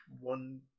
one